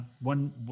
one